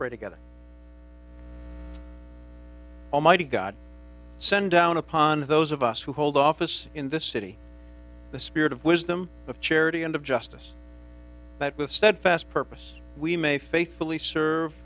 pray to god almighty god send down upon those of us who hold office in this city the spirit of wisdom of charity and of justice but with steadfast purpose we may faithfully serve